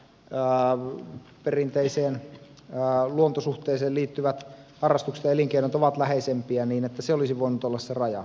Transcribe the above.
pääluu eränkäynti ja perinteiseen luontosuhteeseen liittyvät harrastukset ja elinkeinot ovat läheisempiä niin se olisi voinut olla se raja